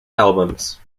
albums